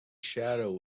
shadow